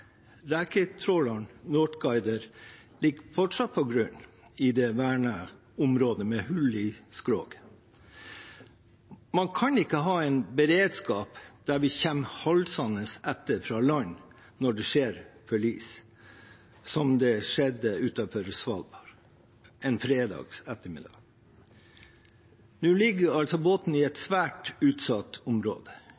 Reketråleren «Northguider» ligger fortsatt på grunn i det verna området, med hull i skroget. Man kan ikke ha en beredskap der vi kommer halsende etter fra land når det skjer forlis, som det skjedde utenfor Svalbard en fredag ettermiddag. Nå ligger båten i et